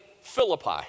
Philippi